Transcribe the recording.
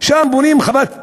שם בונים חוות יחיד.